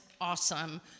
awesome